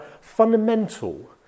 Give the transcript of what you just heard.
fundamental